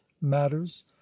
matters